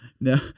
No